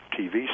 TV